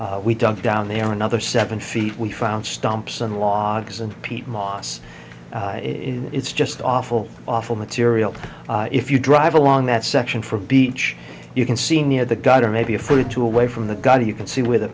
so we dug down there another seven feet we found stumps and logs and peat moss it's just awful awful material if you drive along that section from beach you can see near the gutter maybe a foot or two away from the gutter you can see where the